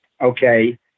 okay